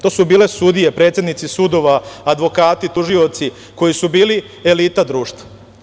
To su bile sudije, predsednici sudova, advokati, tužioci koji su bili elita društva.